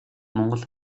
монгол